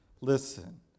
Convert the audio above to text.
listen